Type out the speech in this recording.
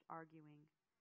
arguing